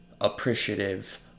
appreciative